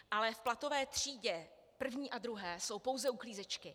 Ale v platové třídě první a druhé jsou pouze uklízečky.